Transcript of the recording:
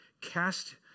Cast